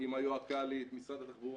עם ה- -- משרד התחבורה,